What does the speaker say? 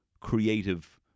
creative